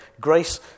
grace